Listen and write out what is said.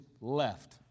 left